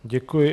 Děkuji.